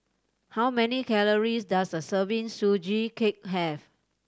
how many calories does a serving Sugee Cake have